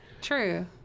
True